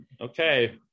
Okay